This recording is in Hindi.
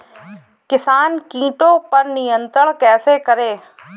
किसान कीटो पर नियंत्रण कैसे करें?